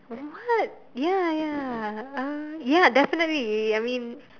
what ya ya uh ya definitely I mean